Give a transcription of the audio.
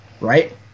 right